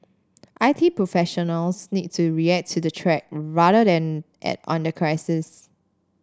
I T professionals need to react to the threat rather than act on the crisis